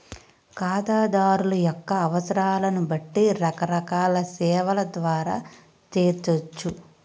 ఖాతాదారుల యొక్క అవసరాలను బట్టి రకరకాల సేవల ద్వారా తీర్చచ్చు